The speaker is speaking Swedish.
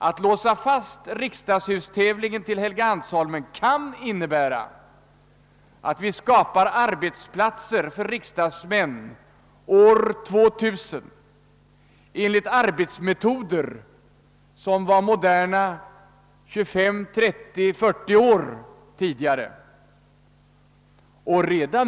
Att låsa fast riksdagshustävlingen till Helgeandsholmen kan innebära att vi skapar en arbetsplats för riksdagsmän år 2000 anpassad till arbetsmetoder som var moderna 25, 30 eller 40 år tidigare.